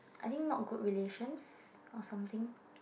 I think not good relations or something